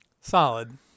Solid